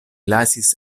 lasis